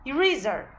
Eraser